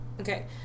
Okay